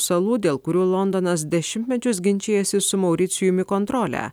salų dėl kurių londonas dešimtmečius ginčijasi su mauricijumi kontrolę